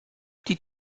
die